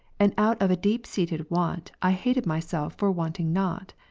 and out of a deep-seated want, i hated myself for wanting not.